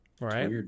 Right